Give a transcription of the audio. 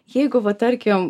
jeigu va tarkim